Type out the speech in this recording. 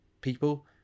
people